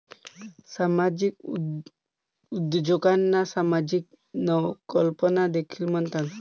सामाजिक उद्योजकांना सामाजिक नवकल्पना देखील म्हणतात